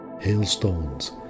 hailstones